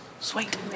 sweet